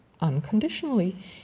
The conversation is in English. unconditionally